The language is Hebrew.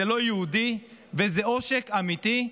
זה לא יהודי וזה עושק אמיתי.